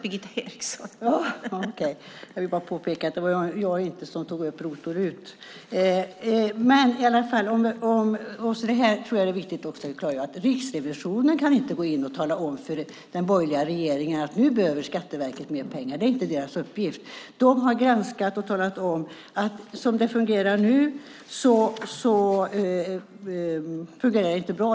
Fru talman! Jag vill bara påpeka att det inte var jag som tog upp ROT och RUT. Jag tror också att det är viktigt att klargöra att Riksrevisionen inte kan gå in och tala om för den borgerliga regeringen att nu behöver Skatteverket mer pengar. Det är inte deras uppgift. De har granskat och talat om att som det fungerar nu fungerar det inte bra.